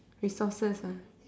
resources ah